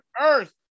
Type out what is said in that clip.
earth